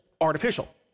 artificial